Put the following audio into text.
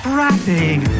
rapping